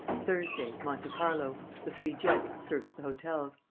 thursday. monte carlo. the three gents search the hotels.